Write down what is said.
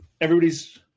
everybody's